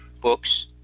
Books